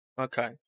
Okay